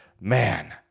man